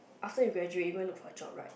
after you graduate you go and look for a job right